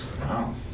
Wow